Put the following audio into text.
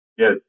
Yes